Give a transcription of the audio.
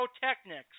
pyrotechnics